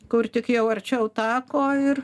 kur tik jau arčiau tako ir